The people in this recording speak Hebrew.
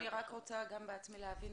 אני רק רוצה בעצמי להבין,